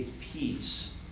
Peace